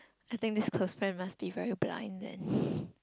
I think this close friend must be very blind then